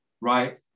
right